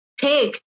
pig